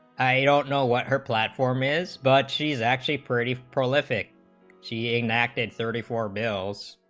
i don't know what her platform is but she's actually pretty prolific she enacted thirty four bills